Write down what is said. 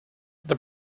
the